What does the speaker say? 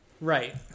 right